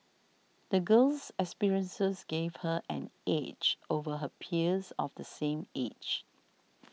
the girl's experiences gave her an edge over her peers of the same age